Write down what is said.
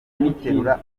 kumuterura